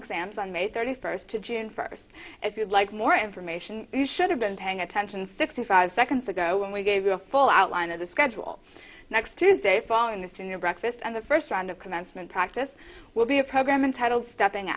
exams on may thirty first to june first if you'd like more information you should have been paying attention fifty five seconds ago when we gave you a full outline of the schedule next tuesday following this to your breakfast and the first round of commencement practice will be a program entitled stepping